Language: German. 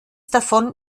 davon